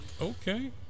Okay